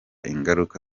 ingaruka